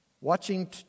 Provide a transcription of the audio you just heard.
Watching